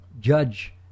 judge